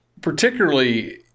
Particularly